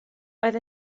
oedd